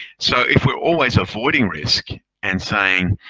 so if we're always avoiding risk and saying,